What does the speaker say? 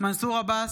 מנסור עבאס,